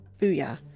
Booyah